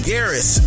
Garris